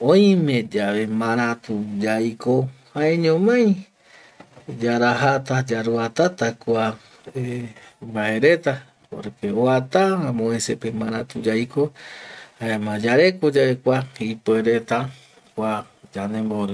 oime yave maratu yaiko jaeñomai yarajata yaruatata kua eh mbae reta oata amovecepe maratu yaiko jaema yareko yave kua ipuereta kua yandembori